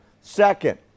Second